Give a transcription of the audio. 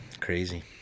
Crazy